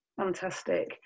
Fantastic